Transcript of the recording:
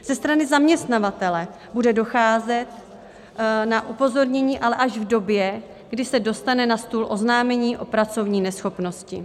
Ze strany zaměstnavatele bude docházet na upozornění, ale až v době, kdy se dostane na stůl oznámení o pracovní neschopnosti.